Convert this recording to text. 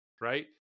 right